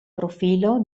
profilo